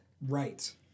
Right